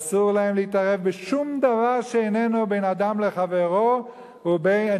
אסור להם להתערב בשום דבר שאיננו בין אדם לחברו ובין